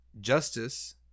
Justice